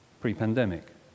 pre-pandemic